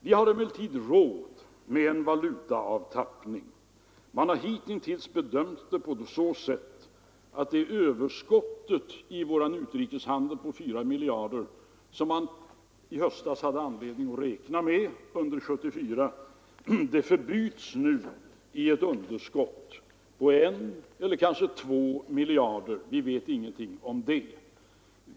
Vi har emellertid råd med en valutaavtappning. Man har hittills bedömt det så att det överskott i vår utrikeshandel på 4 miljarder kronor som man i höstas hade anledning att räkna med under 1974 nu förbyts i ett underskott på 1 eller kanske 2 miljarder kronor. Vi vet ingenting om det.